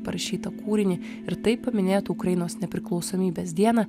parašytą kūrinį ir taip paminėtų ukrainos nepriklausomybės dieną